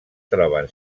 troben